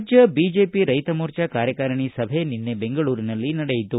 ರಾಜ್ಯ ಬಿಜೆಪಿ ರೈತ ಮೋರ್ಚಾ ಕಾರ್ಯಕಾರಿಣಿ ಸಭೆ ನಿನ್ನೆ ಬೆಂಗಳೂರಿನಲ್ಲಿ ನಡೆಯಿತು